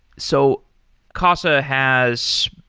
so casa has,